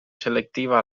selectiva